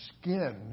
skin